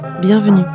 bienvenue